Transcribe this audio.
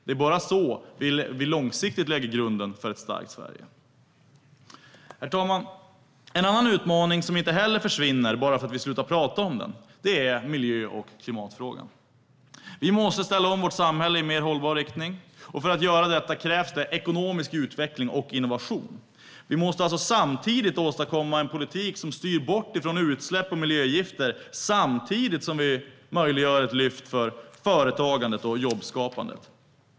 Det är bara så vi långsiktigt lägger grunden för ett starkt Sverige. Herr talman! En annan utmaning som inte heller försvinner bara för att vi slutar prata om den är miljö och klimatfrågan. Vi måste ställa om vårt samhälle i mer hållbar riktning, och för att göra detta krävs det ekonomisk utveckling och innovation. Vi måste alltså åstadkomma en politik som styr bort ifrån utsläpp och miljögifter samtidigt som vi möjliggör ett lyft för företagandet och jobbskapandet.